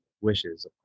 wishes